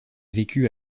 vécu